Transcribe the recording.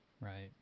Right